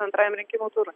antrajam rinkimų turui